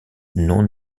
non